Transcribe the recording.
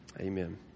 Amen